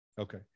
Okay